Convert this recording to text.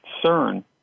concern